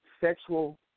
sexual